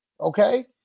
Okay